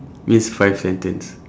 means five sentence